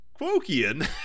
Quokian